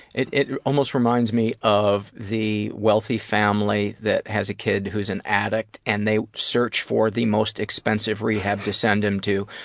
it it almost reminds me of the wealthy family that has a kid who's an addict and they search for the most expensive rehab to send him to,